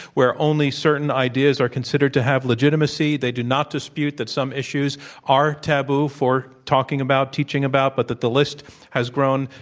where only certain ideas are considered to have legitimacy. they do not dispute that some issues are taboo for talking about, teaching about, but that the list has grown,